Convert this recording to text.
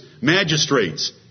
magistrates